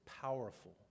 powerful